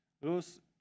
los